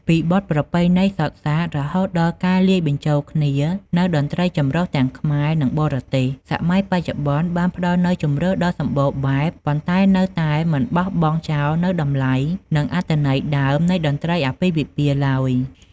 ពីបទប្រពៃណីសុទ្ធសាធ រហូតដល់ការលាយបញ្ចូលគ្នានូវតន្ត្រីចម្រុះទាំងខ្មែរ និងបរទេស សម័យបច្ចុប្បន្នបានផ្តល់នូវជម្រើសដ៏សម្បូរបែប ប៉ុន្តែនៅតែមិនបោះបង់ចោលនូវតម្លៃ និងអត្ថន័យដើមនៃតន្ត្រីអាពាហ៍ពិពាហ៍ឡើយ។